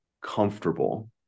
comfortable